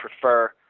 prefer